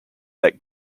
that